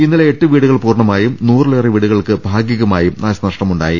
ഇന്നലെ എട്ട് വീടു കൾ പൂർണമായും നൂറിലേറെ വീടുകൾക്ക് ഭാഗികമായും നാശനഷ്ടമു ണ്ടായി